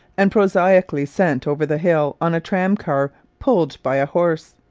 and prosaically sent over the hill on a tram-car pulled by a horse.